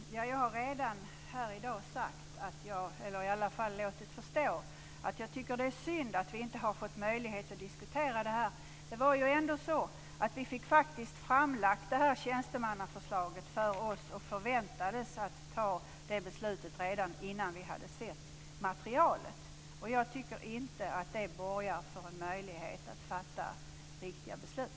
Herr talman! Jag har redan här i dag sagt - eller i alla fall låtit förstå - att jag tycker att det är synd att vi inte har fått möjlighet att diskutera detta. Vi fick faktiskt framlagt detta tjänstemannaförslag för oss och förväntades ta beslut redan innan vi hade sett materialet. Jag tycker inte att det borgar för att vi får möjlighet att fatta riktiga beslut.